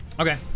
Okay